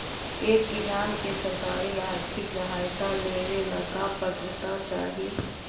एक किसान के सरकारी आर्थिक सहायता लेवेला का पात्रता चाही?